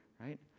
Right